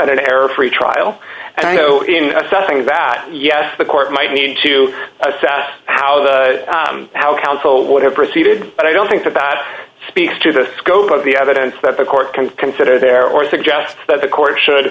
and an error free trial and i know in assessing that yes the court might need to assess how the how counsel would have proceeded but i don't think that that speaks to the scope of the evidence that the court can consider there or suggest that the court should